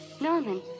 Norman